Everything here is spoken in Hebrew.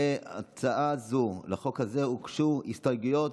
להצעה זו, לחוק הזה, הוגשו הסתייגויות.